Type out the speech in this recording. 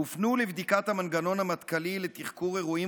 הופנו לבדיקת המנגנון המטכ"לי לתחקור אירועים